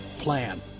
plan